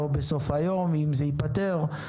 או בסוף היום אם זה ייפתר,